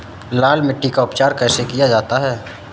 लाल मिट्टी का उपचार कैसे किया जाता है?